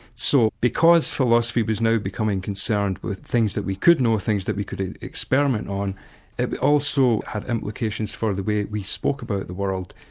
so because philosophy was now becoming concerned with things that we could know, things that we could experiment on, it also had implications for the way we spoke about the world.